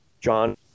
John